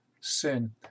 sin